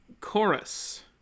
chorus